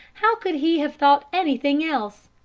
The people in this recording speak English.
how could he have thought anything else?